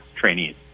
trainees